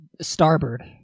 starboard